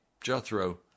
Jethro